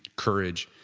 courage.